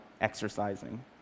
exercising